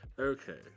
okay